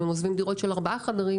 אם הם עוזבים דירות של ארבעה חדרים,